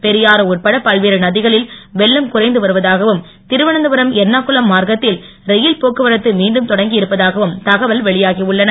பெரியாறு உட்பட பல்வேறு நதிகளில் வெள்ளம் குறைந்து வருவதாகவும் திருவனந்தபுரம் எர்ணாகுளம் மார்கத்தில் ரயில் போக்குவரத்து மீண்டும் தொடங்கி இருப்பதாகவும் தகவல்கள் வெளியாகி உள்ளன